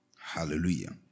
Hallelujah